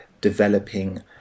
developing